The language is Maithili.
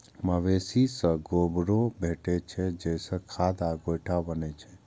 मवेशी सं गोबरो भेटै छै, जइसे खाद आ गोइठा बनै छै